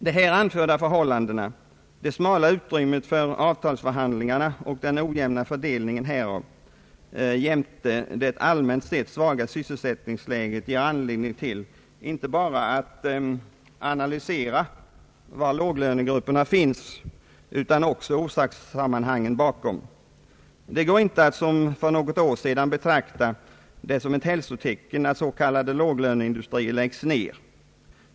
De här anförda förhållandena — det smala utrymmet för avtalsförhandlingarna och den ojämna fördelningen härav jämte det allmänt sett svaga sysselsättningsläget ger anledning till inte bara att analysera var låglönegrupperna finns utan också till att undersöka orsakssammanhangen bakom. Det går inte att som för något år sedan betrakta det som ett hälsotecken att s.k. låglöneindustrier läggs ner.